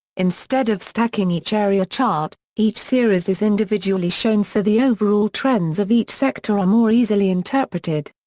instead of stacking each area chart, each series is individually shown so the overall trends of each sector are more easily interpreted.